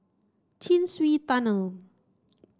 Chin Swee Tunnel